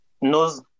knows